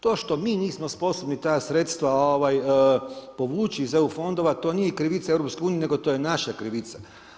To što mi nismo sposobni ta sredstva povući iz EU fondova to nije krivica EU, nego to je naša krivica.